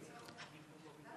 יאללה, סעדי.